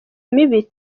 mibi